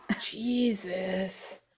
Jesus